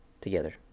together